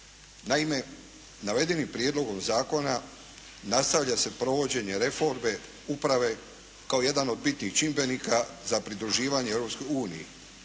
Naime, navedenim prijedlogom zakona nastavlja se provođenje reforme uprave kao jedan od bitnih čimbenika za pridruživanje